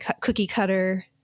cookie-cutter